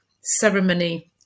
ceremony